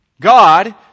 God